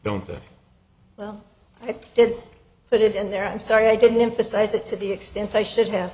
think well i did put it in there i'm sorry i didn't emphasize it to the extent they should have